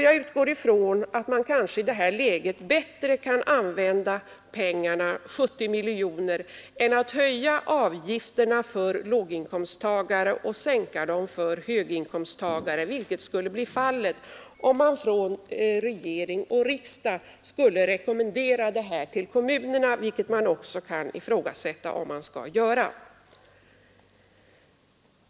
Jag utgår ifrån att man i detta läge kan använda 70 miljoner till bättre ändamål än till att höja avgifterna för låginkomsttagare och sänka dem för höginkomsttagare, vilket skulle bli fallet om regering och riksdag skulle rekommendera kommunerna att införa enhetliga daghemsavgifter — ett förfarande som man också kan ifrågasätta lämpligheten av.